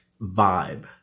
vibe